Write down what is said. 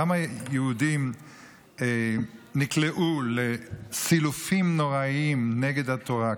כמה יהודים נקלעו לסילופים נוראיים נגד התורה,